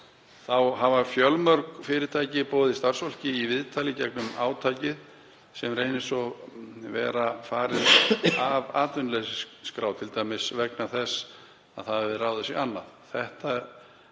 Þá hafa fjölmörg fyrirtæki boðið starfsfólki í viðtal í gegnum átakið sem reynist svo vera farið af atvinnuleysisskrá, t.d. vegna þess að það hefur ráðið sig annað.